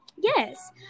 yes